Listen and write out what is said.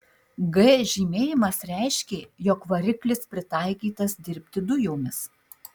g žymėjimas reiškė jog variklis pritaikytas dirbti dujomis